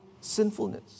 sinfulness